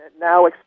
now